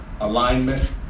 alignment